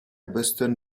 boston